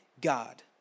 God